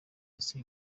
ese